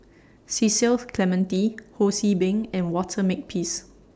Cecil's Clementi Ho See Beng and Walter Makepeace